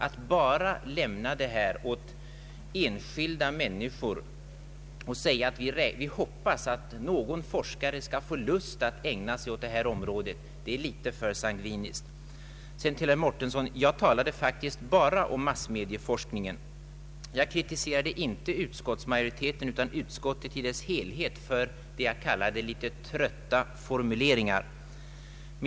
Att bara lämna saken åt enskilt initiativ och säga att man hoppas att någon forskare skall få lust att ägna sig åt detta område är alltför sangviniskt. Till herr Mårtensson vill jag säga att jag faktiskt bara talade om massmediaforskningen. Jag kritiserade inte utskottsmajoriteten utan utskottet i dess helhet för vad jag kallade litet trötta formuleringar.